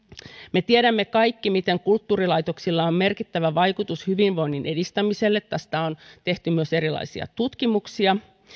me tiedämme kaikki miten kulttuurilaitoksilla on merkittävä vaikutus hyvinvoinnin edistämiseen tästä on tehty myös erilaisia tutkimuksia